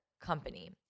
company